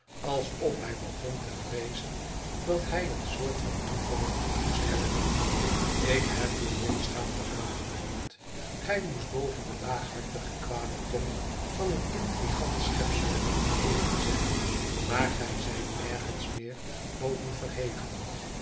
alsof hij begon te vreezen dat hij een soort van toeval moest hebben ik heb u vol schaamte aangehoord gij moest boven de laaghartige kwade tong van een intrigant schepsel verheven zijn maar gij zijt nergens meer boven verheven